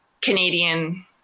canadian